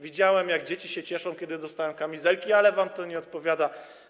Widziałem, jak dzieci się cieszą, jak dostają kamizelki, ale wam to nie odpowiada.